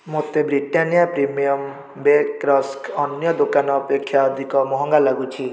ମୋତେ Britannia premium bake rusk ଅନ୍ୟ ଦୋକାନ ଅପେକ୍ଷା ଅଧିକ ମହଙ୍ଗା ଲାଗୁଛି